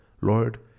Lord